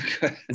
good